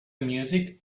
music